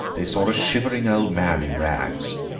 they saw a shivering old man in rags.